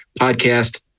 podcast